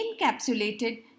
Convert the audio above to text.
encapsulated